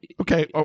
okay